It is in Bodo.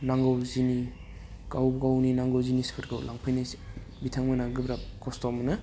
नांगौ जिनि गाव गावनि नांगौ जिनिसफोरखौ लांफैनायसै बिथांमोना गोब्राब खस्थ' मोनो